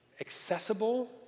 accessible